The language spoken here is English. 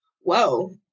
whoa